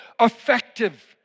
effective